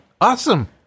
Awesome